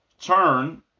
turn